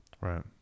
Right